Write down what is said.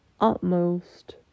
utmost